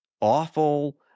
awful